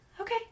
Okay